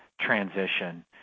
transition